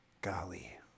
Golly